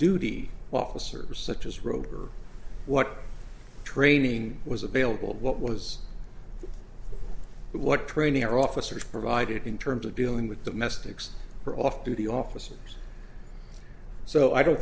duty officers such as rover what training was available what was it what training our officers provided in terms of dealing with domestics or off duty officers so i don't